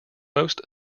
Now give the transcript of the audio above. most